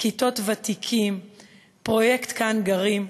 "כיתות ותיקים"; פרויקט "כאן גרים",